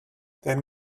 then